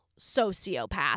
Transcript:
sociopath